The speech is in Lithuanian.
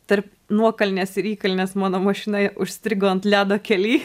tarp nuokalnės ir įkalnės mano mašina užstrigo ant ledo kely